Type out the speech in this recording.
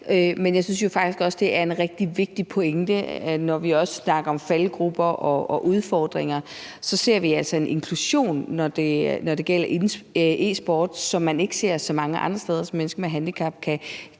Men jeg synes jo faktisk også, det er en rigtig vigtig pointe, at vi, når vi snakker om faldgruber og udfordringer, altså også ser en inklusion, når det gælder e-sport, som man ikke ser så mange andre steder, så mennesker med handicap her